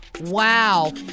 wow